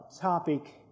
topic